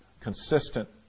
consistent